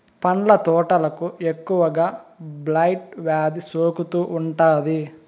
పండ్ల తోటలకు ఎక్కువగా బ్లైట్ వ్యాధి సోకుతూ ఉంటాది